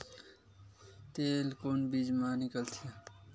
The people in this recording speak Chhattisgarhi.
तेल कोन बीज मा निकलथे?